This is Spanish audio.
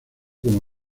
como